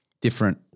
different